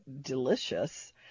delicious